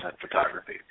photography